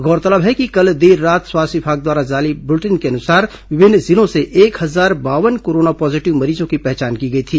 गौरतलब है कि कल देर रात स्वास्थ्य विभाग द्वारा जारी बुलेटिन के अनुसार विभिन्न जिलों से एक हजार बावन कोरोना पॉजिटिव मरीजों की पहचान की गई थी